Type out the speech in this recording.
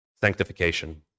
Sanctification